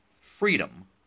freedom